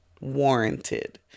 warranted